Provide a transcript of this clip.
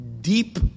Deep